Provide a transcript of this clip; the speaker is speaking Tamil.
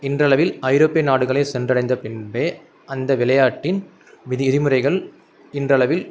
இன்றளவில் ஐரோப்பிய நாடுகளை சென்றடைந்தப் பின்பே அந்த விளையாட்டின் விதி விதிமுறைகள் இன்றளவில்